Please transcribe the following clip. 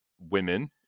women